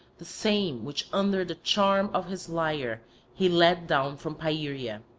the same which under the charm of his lyre he led down from pieria.